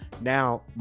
Now